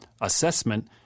assessment